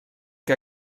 que